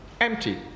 empty